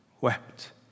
wept